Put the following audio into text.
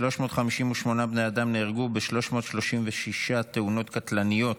358 בני אדם נהרגו ב-336 תאונות קטלניות,